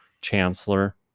chancellor